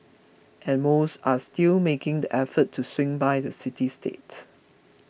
and most are still making the effort to swing by the city state